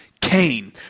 Cain